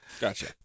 Gotcha